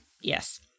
Yes